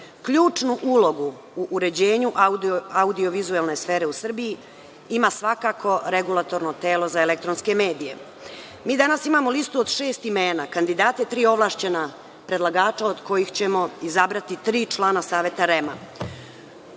Ključnu ulogu u uređenju audio-vizuelne sfere u Srbiji ima svakako Regulatorno telo za elektronske medije. Mi danas imamo listu od šest imena, kandidate tri ovlašćena predlagača, od kojih ćemo izabrati tri člana Saveta REM-a.